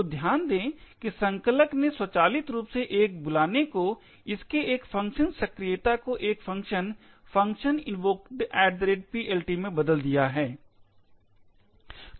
तो ध्यान दें कि संकलक ने स्वचालित रूप से एक बुलाने को इसके एक फ़ंक्शन सक्रियता को एक फ़ंक्शन function invocated PLT में बदल दिया है